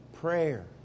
Prayer